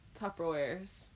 Tupperwares